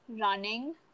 running